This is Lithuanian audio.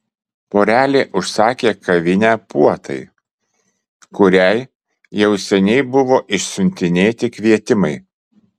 porelė užsakė kavinę puotai kuriai jau seniai buvo išsiuntinėti kvietimai